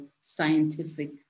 scientific